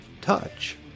touch